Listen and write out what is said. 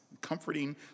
comforting